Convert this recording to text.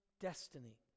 destiny